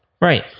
Right